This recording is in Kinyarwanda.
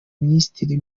minisitiri